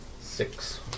six